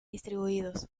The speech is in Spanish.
distribuidos